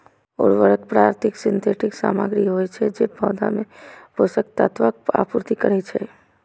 उर्वरक प्राकृतिक या सिंथेटिक सामग्री होइ छै, जे पौधा मे पोषक तत्वक आपूर्ति करै छै